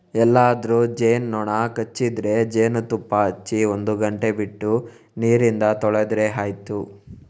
ಎಲ್ಲಾದ್ರೂ ಜೇನು ನೊಣ ಕಚ್ಚಿದ್ರೆ ಜೇನುತುಪ್ಪ ಹಚ್ಚಿ ಒಂದು ಗಂಟೆ ಬಿಟ್ಟು ನೀರಿಂದ ತೊಳೆದ್ರೆ ಆಯ್ತು